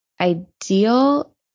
ideal